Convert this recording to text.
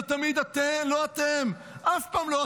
זה תמיד לא אתם, אף פעם לא אתם.